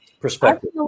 perspective